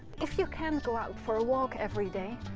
if you can't go out for a walk every day,